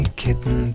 kitten